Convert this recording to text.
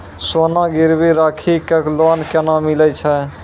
सोना गिरवी राखी कऽ लोन केना मिलै छै?